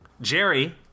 Jerry